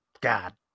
God